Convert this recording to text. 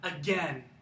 again